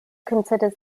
considers